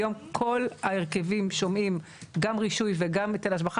היום כל ההרכבים שומעים גם רישוי וגם היטל השבחה.